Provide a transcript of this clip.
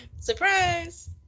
Surprise